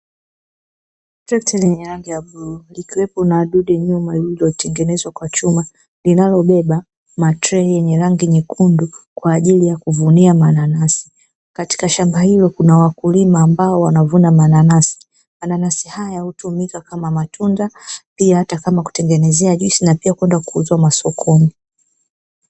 Trekta lenye rangi ya bluu huku nyuma likiwa na dude la chuma linalobeba matrei yenye rangi nyekundu kwa ajili ya kuvunia mananasi, katika shamba hilo kuna wakulima ambao wanavuna, mananasi haya hutumika kama matunda pia kutengeneza juisi na pia kwenda kuuzwa masokoni.